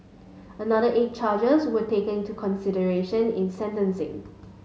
another eight charges were taken into consideration in sentencing